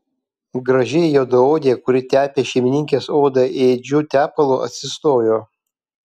graži juodaodė kuri tepė šeimininkės odą ėdžiu tepalu atsistojo